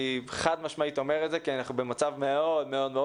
אני חד משמעית אומר את זה כי אנחנו במצב מאוד קשה,